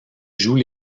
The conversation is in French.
joue